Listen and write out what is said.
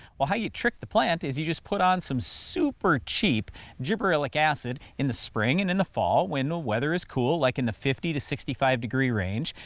well how trick the plant is you just put on some super cheap gibberellic acid in the spring and in the fall, when the weather is cool, like in the fifty to sixty five degree range,